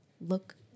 Look